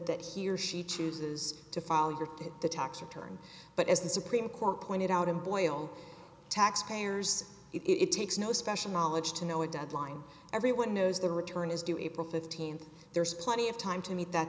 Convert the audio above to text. that he or she chooses to file your tax return but as the supreme court pointed out in boyle taxpayers it takes no special knowledge to know a deadline everyone knows the return is do able fifteenth there's plenty of time to meet that